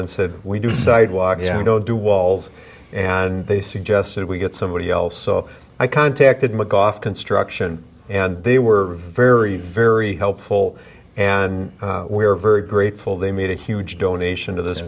and said we do sidewalks and we don't do walls and they suggested we get somebody else so i contacted macof construction and they were very very helpful and we were very grateful they made a huge donation to this